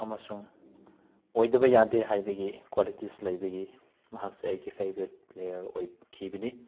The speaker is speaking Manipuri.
ꯑꯃꯁꯨꯡ ꯑꯣꯏꯗꯕ ꯌꯥꯗꯦ ꯍꯥꯏꯕꯒꯤ ꯀ꯭ꯋꯥꯂꯤꯇꯤꯁ ꯂꯩꯕꯒꯤ ꯃꯍꯥꯛꯁꯦ ꯑꯩꯒꯤ ꯐꯦꯕꯔꯥꯏꯠ ꯄ꯭ꯂꯦꯌꯥꯔ ꯑꯣꯏꯈꯏꯕꯅꯤ